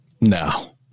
No